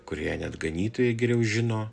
kurioje net ganytojai geriau žino